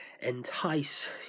entice